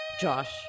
Josh